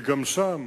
וגם שם